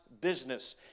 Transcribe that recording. business